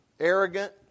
Arrogant